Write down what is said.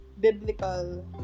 biblical